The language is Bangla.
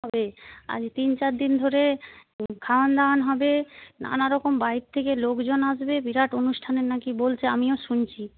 আজ তিন চার দিন ধরে খাওন দাওন হবে নানা রকম বাইরে থেকে লোকজন আসবে বিরাট অনুষ্ঠানে নাকি বলছে আমিও শুনছি